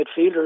midfielder